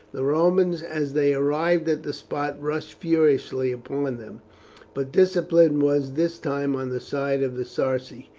the romans, as they arrived at the spot, rushed furiously upon them but discipline was this time on the side of the sarci,